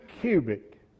cubic